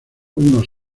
unos